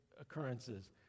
occurrences